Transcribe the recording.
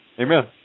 Amen